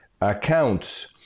accounts